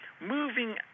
moving